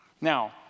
Now